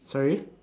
sorry